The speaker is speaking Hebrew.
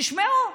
תשמעו,